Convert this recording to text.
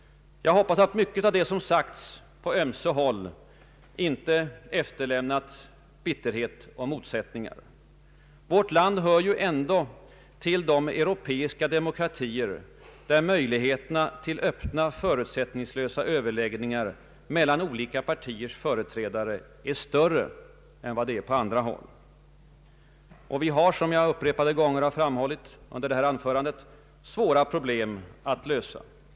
Jag hoppas att mycket av det som sagts på ömse håll inte efterlämnat bitterhet och motsättningar. Vårt land hör ju ändå till de europeiska demokratier där möjligheterna till öppna, förutsättningslösa överläggningar mellan olika partiers företrädare är större än på andra håll. Vi har — som jag upprepade gånger framhållit i detta anförande — svåra problem att lösa.